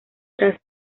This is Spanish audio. tras